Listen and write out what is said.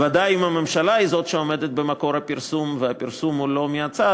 בוודאי אם הממשלה היא זאת שעומדת במקור הפרסום והפרסום הוא לא מהצד,